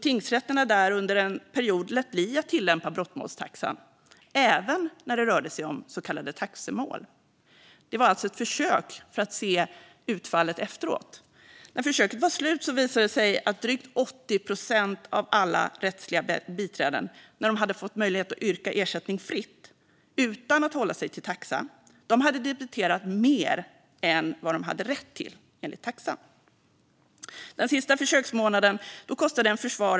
Under en period lät tingsrätterna där bli att tillämpa brottmålstaxan även när det rörde sig om så kallade taxemål. Det var alltså ett försök för att se utfallet efteråt. När försöket var slut visade det sig att drygt 80 procent av alla rättsliga biträden, när de hade fått möjlighet att yrka ersättning fritt utan att hålla sig till taxan, hade debiterat mer än vad de hade rätt till enligt taxan.